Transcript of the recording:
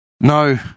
No